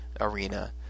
arena